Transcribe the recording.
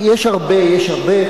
יש הרבה.